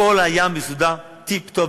הכול היה מסודר טיפ-טופ,